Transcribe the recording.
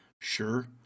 Sure